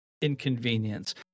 inconvenience